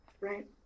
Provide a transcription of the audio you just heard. Right